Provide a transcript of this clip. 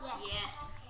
Yes